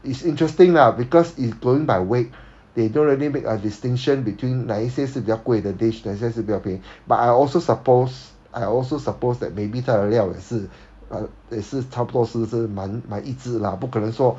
it's interesting lah because it's going by weight they don't really make a distinction between like 一些是比较贵的 dish then 一些是比较便宜 but I also suppose I also suppose that maybe 他的料是也是也是差不多是是买一致 lah 不可能说